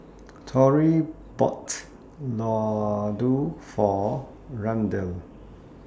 Torey bought Ladoo For Randel